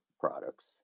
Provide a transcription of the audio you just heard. products